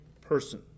person